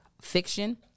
fiction